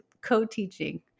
co-teaching